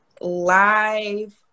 live